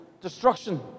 destruction